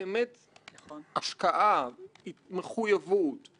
אני מודה גם לצוות של איילת נחמיאס ורבין לבקשתה.